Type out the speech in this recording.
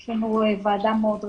יש לנו ועדה מאוד רחבה.